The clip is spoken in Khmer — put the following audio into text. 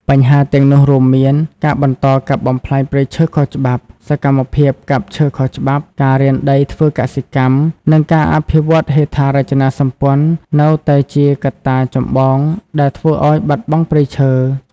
បញ្ហាទាំងនោះរួមមាន ការបន្តកាប់បំផ្លាញព្រៃឈើខុសច្បាប់ សកម្មភាពកាប់ឈើខុសច្បាប់ ការរានដីធ្វើកសិកម្ម និងការអភិវឌ្ឍហេដ្ឋារចនាសម្ព័ន្ធនៅតែជាកត្តាចម្បងដែលធ្វើឱ្យបាត់បង់ព្រៃឈើ។